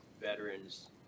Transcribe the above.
veterans